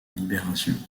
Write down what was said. libération